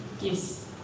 yes